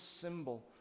symbol